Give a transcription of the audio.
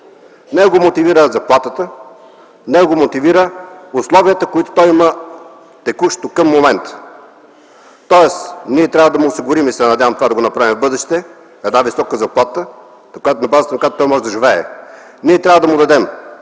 Него го мотивира заплатата, мотивират го условията, които има текущо към момента. Тоест ние трябва да му осигурим – надявам се да го направим в бъдеще – една висока заплата, на базата на която той може да живее. Трябва да му дадем